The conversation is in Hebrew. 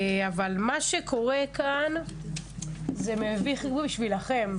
אבל מה שקורה כאן מביך בשבילכם.